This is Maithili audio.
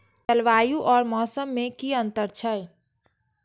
जलवायु और मौसम में कि अंतर छै?